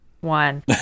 one